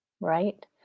right